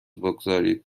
بگذارید